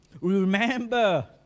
remember